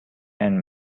and